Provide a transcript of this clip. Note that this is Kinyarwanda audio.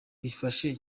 bifasha